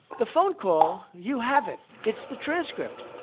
the phone call, you have it it's the transcript.